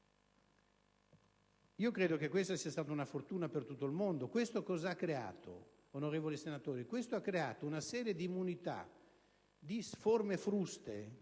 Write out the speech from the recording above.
Credo che questa sia stata una fortuna per tutto il mondo. Questo, onorevoli senatori, ha causato una serie di immunità, di forme fruste